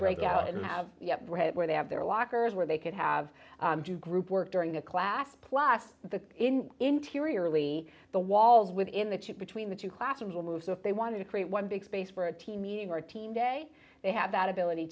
break out and have where they have their lockers where they could have group work during the class plus the in interiorly the walls within the chip between the two classrooms will move so if they want to create one big space for a team meeting or a team day they have that ability